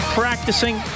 practicing